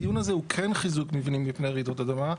הדיון הזה הוא כן חיזוק מבנים מפני רעידות אדמה.